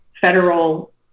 federal